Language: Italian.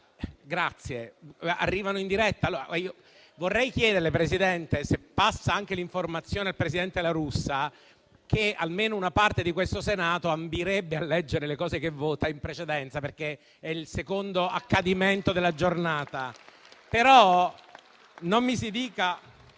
modifiche arrivano in diretta. Vorrei chiederle, Presidente, di passare la seguente informazione al presidente La Russa: almeno una parte di questo Senato ambirebbe a leggere le cose che vota in precedenza. È infatti il secondo accadimento della giornata.